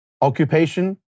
occupation